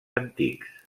antics